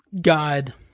God